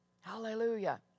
Hallelujah